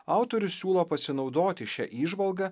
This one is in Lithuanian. autorius siūlo pasinaudoti šia įžvalga